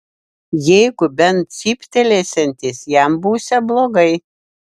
jeigu bent cyptelėsiantis jam būsią blogai